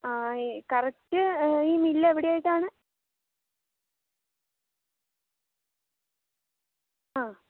ആ ഈ കറെക്റ്റ് ഈ മിൽ എവിടെയായിട്ടാണ് ആ